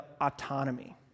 autonomy